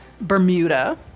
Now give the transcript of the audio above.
Bermuda